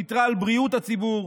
ויתרה על בריאות הציבור,